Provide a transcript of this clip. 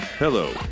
Hello